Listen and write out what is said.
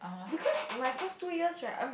because my first two years right I'm